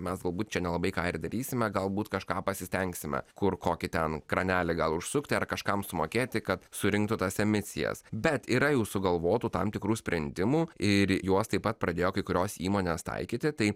mes galbūt čia nelabai ką ir darysime galbūt kažką pasistengsime kur kokį ten kranelį gal užsukti ar kažkam sumokėti kad surinktų tas emisijas bet yra jau sugalvotų tam tikrų sprendimų ir juos taip pat pradėjo kai kurios įmonės taikyti tai